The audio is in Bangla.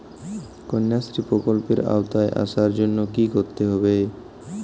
কন্যাশ্রী প্রকল্পের আওতায় আসার জন্য কী করতে হবে?